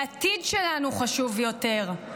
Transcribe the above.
העתיד שלנו חשוב יותר.